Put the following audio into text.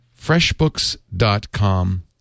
FreshBooks.com